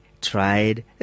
tried